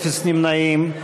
אפס נמנעים.